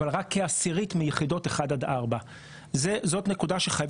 אבל רק כעשירית מיחידות 1-4. אלו נתונים שחייב